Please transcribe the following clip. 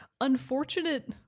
unfortunate